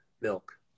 milk